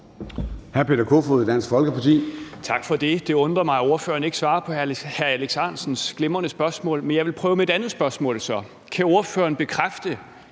Hr. Peter Kofod, Dansk Folkeparti. Kl. 13:57 Peter Kofod (DF): Det undrer mig, at ordføreren ikke svarer på hr. Alex Ahrendtsens glimrende spørgsmål. Men så vil jeg prøve med et andet spørgsmål: Kan ordføreren bekræfte,